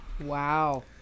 Wow